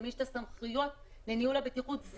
למי יש את הסמכויות לניהול הבטיחות,